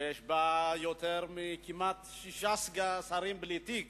שיש בה יותר, כמעט שישה שרים בלי תיק